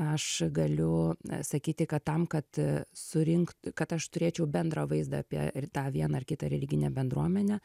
aš galiu sakyti kad tam kad a surinkt kad aš turėčiau bendrą vaizdą apie tą vieną ar kitą religinę bendruomenę